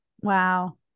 wow